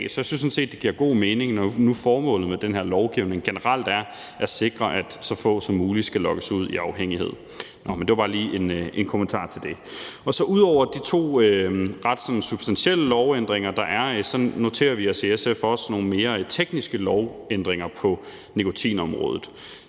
Så jeg synes sådan set, det giver god mening, når nu formålet med den her lovgivning generelt er at sikre, at så få som muligt skal lokkes ud i afhængighed. Det var bare lige en kommentar til det. Ud over de to ret sådan substantielle lovændringer, der er, noterer vi os i SF også nogle mere tekniske lovændringer på nikotinområdet.